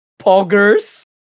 Poggers